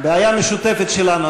בעיה משותפת שלנו.